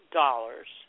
dollars